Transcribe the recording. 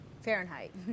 Fahrenheit